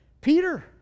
Peter